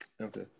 Okay